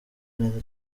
neza